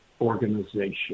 organization